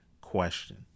question